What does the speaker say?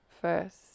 first